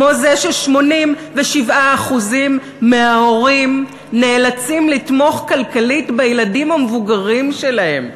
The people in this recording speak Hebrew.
כמו זה ש-87% מההורים נאלצים לתמוך כלכלית בילדים המבוגרים שלהם,